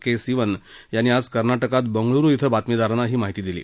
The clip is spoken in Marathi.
के सीवन यांनी आज कर्नाटकात बंगळूरु श्व बातमीदारांना ही माहिती दिली